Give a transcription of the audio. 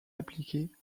appliquées